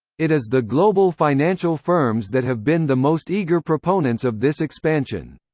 it is the global financial firms that have been the most eager proponents of this expansion.